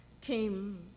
came